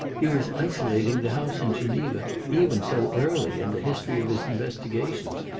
he was isolating the house in geneva even so early in the history of his investigations,